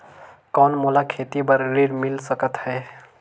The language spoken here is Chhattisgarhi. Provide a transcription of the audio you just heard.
कौन मोला खेती बर ऋण मिल सकत है?